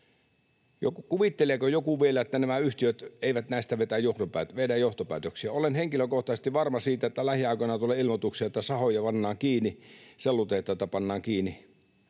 Kuvitteleeko joku vielä, että nämä yhtiöt eivät näistä vedä johtopäätöksiä? Olen henkilökohtaisesti varma siitä, että lähiaikoina tulee ilmoituksia, että sahoja pannaan kiinni, sellutehtaita pannaan kiinni,